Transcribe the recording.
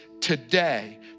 today